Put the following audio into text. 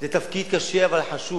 זה תפקיד קשה, אבל חשוב.